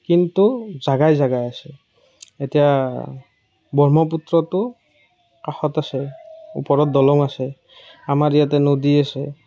কিন্তু জাগাই জাগাই আছে এতিয়া ব্ৰহ্মপুত্ৰটো কাষত আছে ওপৰত দলং আছে আমাৰ ইয়াতে নদী আছে